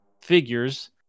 figures